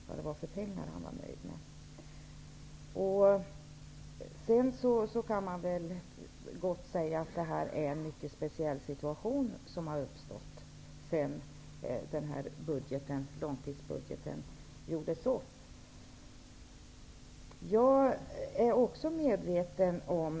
Man kan väl mycket väl säga att en mycket speciell situation har uppstått sedan långtidsbudgeten gjordes upp.